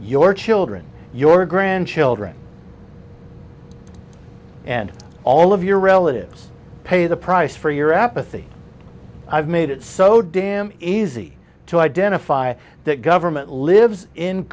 your children your grandchildren and all of your relatives pay the price for your apathy i've made it so damn easy to identify that government lives in